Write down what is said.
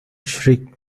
shriek